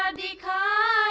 ah the qur'an